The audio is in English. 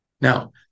Now